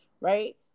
right